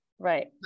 Right